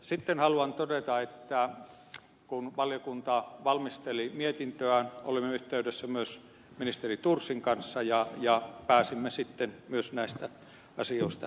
sitten haluan todeta että kun valiokunta valmisteli mietintöään olimme yhteydessä myös ministeri thorsin kanssa ja pääsimme sitten myös näistä asioista yksimielisyyteen